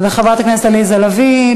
וחברת הכנסת עליזה לביא,